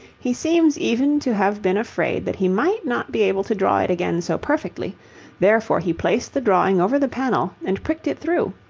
he seems even to have been afraid that he might not be able to draw it again so perfectly therefore he placed the drawing over the panel and pricked it through.